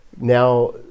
now